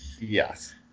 Yes